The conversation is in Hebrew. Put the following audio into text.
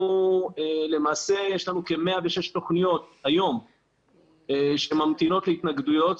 למעשה יש לנו כ-106 תוכניות היום שממתינות להתנגדויות.